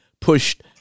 pushed